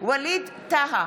ווליד טאהא,